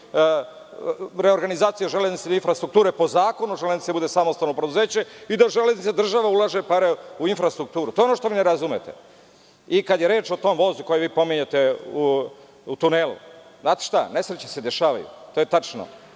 reorganizacija železnica i infrastruktura, da po zakonu železnica bude samostalno preduzeće i da država ulaže pare u infrastrukturu. To je ono što vi ne razumete. Kad je reč o tom vozu koji vi pominjete, u tunelu, nesreće se dešavaju i to je